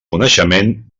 coneixement